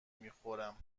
میخورم